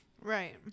right